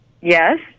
Yes